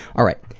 all right,